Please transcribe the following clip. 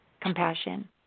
compassion